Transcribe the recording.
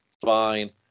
fine